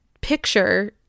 picture